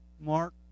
Mark